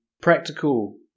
practical